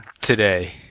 today